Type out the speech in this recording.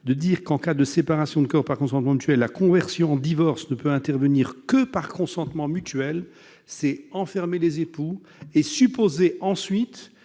duquel « en cas de séparation de corps par consentement mutuel, la conversion en divorce ne peut intervenir que par consentement mutuel ». On enferme ainsi les époux. Supposez qu'il